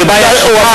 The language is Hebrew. אדוני היושב-ראש?